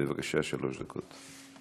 בבקשה, שלוש דקות.